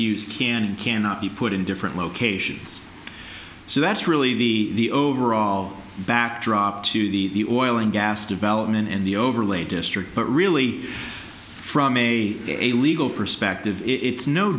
used can and cannot be put in different locations so that's really the overall backdrop to the oil and gas development in the overlay district but really from a a legal perspective it's no